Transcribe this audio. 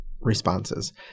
responses